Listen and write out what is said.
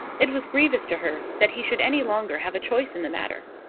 it was grievous to her that he should any longer have a choice in the matter.